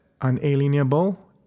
unalienable